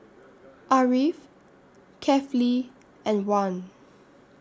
Ariff Kefli and Wan